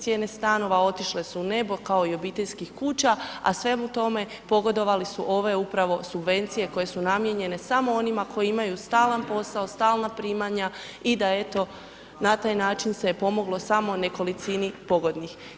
Cijene stanova otišle su u nebo, kao i obiteljskih kuća, a svemu tome pogodovali su ove upravo subvencije koje su namijenjene samo onima koji imaju stalan posao, stalna primanja i da eto na taj način se je pomoglo samo nekolicini pogodnih.